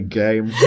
game